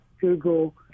Google